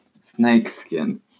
snakeskin